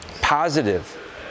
positive